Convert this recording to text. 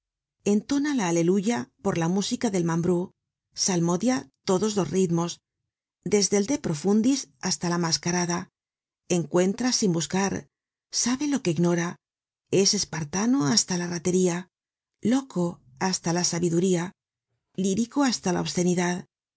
entona la aleluya por la música del mambrú salmodia todos los ritmos desde el de profundis hasta la mascarada encuentra sin buscar sabe lo que ignora es espartano hasta la ratería loco hasta la sabiduría lírico hasta la obscenidad